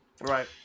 Right